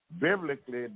Biblically